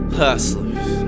hustlers